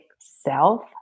self